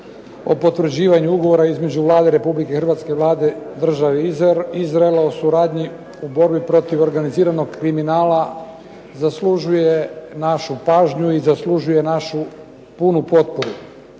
o potvrđivanju Ugovora između Vlade Republike Hrvatske i Vlade Države Izrael, u suradnji u borbi protiv organiziranog kriminala zaslužuje našu pažnju i zaslužuje našu punu potporu.